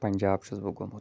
پنجاب چھُس بہٕ گوٚمُت